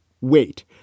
wait